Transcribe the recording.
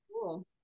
cool